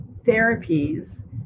therapies